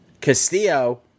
Castillo